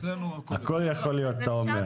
אצלנו הכול --- הכול יכול להיות אתה אומר.